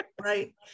right